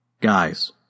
Guys